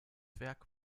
werk